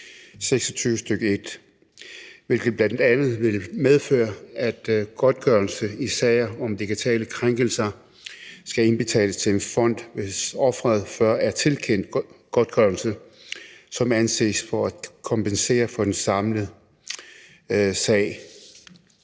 26, stk. 1, hvilket bl.a. vil medføre, at godtgørelse i sager om digitale krænkelser skal indbetales til en fond, hvis offeret tidligere er tilkendt en godtgørelse, som anses for at kompensere for den samlede sag.